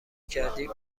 کردی